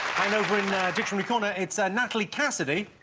i know when dictionary corner. it's a natalie cassidy